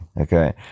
okay